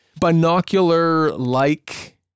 binocular-like